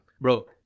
bro